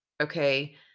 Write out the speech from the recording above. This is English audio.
okay